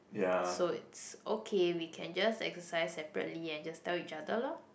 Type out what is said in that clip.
so it's okay we can just exercise separately and just tell each other lor